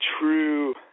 true